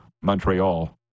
Montreal